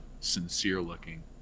sincere-looking